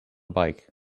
bike